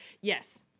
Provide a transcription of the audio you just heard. Yes